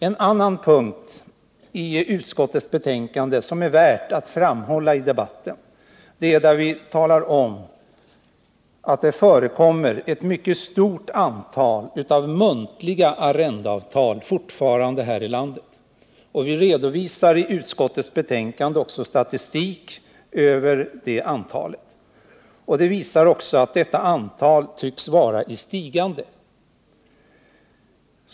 En annan punkt i utskottsbetänkandet som är värd att framhålla i debatten är den punkt där vi talar om att det fortfarande förekommer ett mycket stort antal muntliga arrendeavtal här i landet. Vi redovisar i utskottsbetänkandet statistik över detta, som visar att antalet sådana avtal tycks vara i stigande.